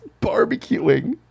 barbecuing